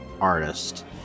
artist